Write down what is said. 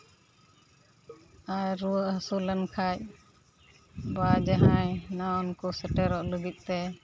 ᱟᱨ ᱨᱩᱣᱟᱹᱼᱦᱟᱹᱥᱩ ᱞᱮᱱᱠᱷᱟᱱ ᱵᱟ ᱡᱟᱦᱟᱸᱭ ᱱᱟᱣᱟᱱ ᱠᱚ ᱥᱮᱴᱮᱨᱚᱜ ᱞᱟᱹᱜᱤᱫᱚ ᱛᱮ